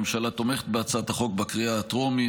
הממשלה תומכת בהצעת החוק בקריאה הטרומית,